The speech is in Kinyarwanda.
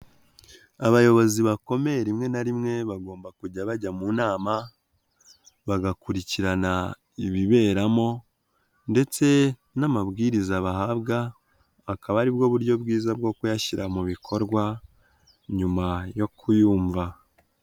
Abayobozi bakomeye rimwe na rimwe bagomba kujya bajya mu nama, bagakurikirana ibiberamo ndetse n'amabwiriza bahabwa akaba aribwo buryo bwiza bwo kuyashyira mu bikorwa nyuma yo kuyumva.